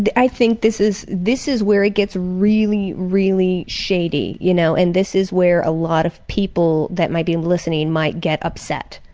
i think this is this is where it gets really, really shady. you know and this is where a lot of people that might be listening might get upset,